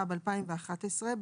התשע"ב-2011 (להלן החוק),